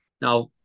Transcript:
Now